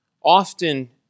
Often